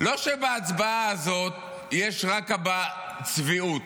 לא שבהצבעה הזאת יש רק הבעת צביעות,